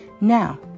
Now